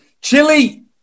Chili